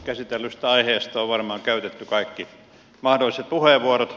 käsitellystä aiheesta on varmaan käytetty kaikki mahdolliset puheenvuorot